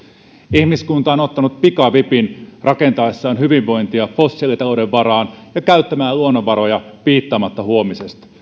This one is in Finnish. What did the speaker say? ihmiskunta on ottanut pikavipin rakentaessaan hyvinvointia fossiilitalouden varaan ja käyttäessään luonnonvaroja piittaamatta huomisesta